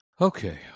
okay